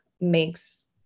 makes